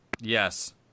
Yes